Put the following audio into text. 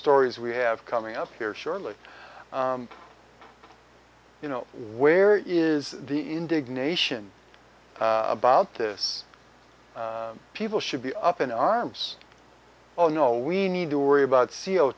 stories we have coming up here shortly you know where is the indignation about this people should be up in arms oh no we need to worry about c o